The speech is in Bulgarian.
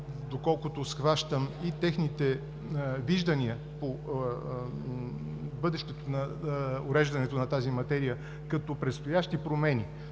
доколкото схващам, и техните виждания по уреждането на тази материя като предстоящи промени,